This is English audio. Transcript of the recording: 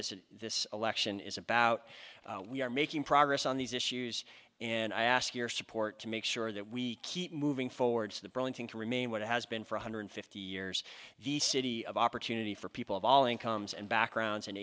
this in this election is about we are making progress on these issues and i ask your support to make sure that we keep moving forward for the burlington to remain what it has been for one hundred fifty years the city of opportunity for people of all incomes and backgrounds and